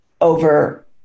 over